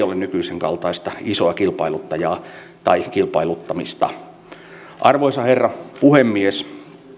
ole nykyisen kaltaista isoa kilpailuttajaa tai kilpailuttamista arvoisa herra puhemies